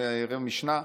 יראה משנה.